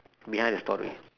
behind the story